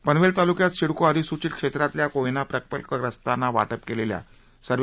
पनवेल तालुक्यात सिडको अधिसुचित क्षेत्रातल्या कोयना प्रकल्पग्रस्तांना वाटप केलेल्या सव्हे